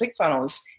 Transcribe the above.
ClickFunnels